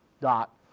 dot